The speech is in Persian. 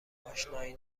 آشنایی